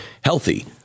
healthy